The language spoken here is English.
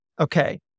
Okay